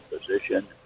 position